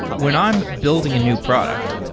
when i'm building a new product,